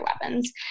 weapons